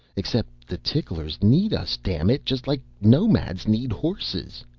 except the ticklers need us, dammit, just like nomads need horses.